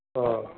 অ'